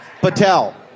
Patel